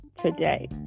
today